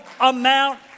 amount